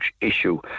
issue